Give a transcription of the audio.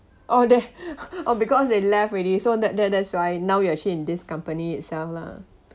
oh they oh because they left already so that that that's why now you actually in this company itself lah